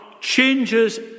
changes